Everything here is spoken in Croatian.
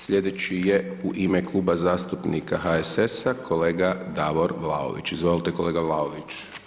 Slijedeći je u ime Kluba zastupnika HSS-a, kolega Davor Vlaović, izvolite kolega Vlaović.